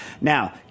now